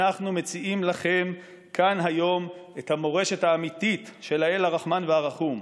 אנחנו מציעים לכם כאן היום את המורשת האמיתית של האל הרחמן והרחום,